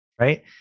right